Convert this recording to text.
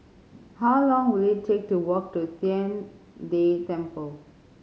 how long will it take to walk to Tian De Temple